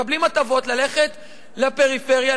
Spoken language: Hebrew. מקבלים הטבות ללכת לפריפריה,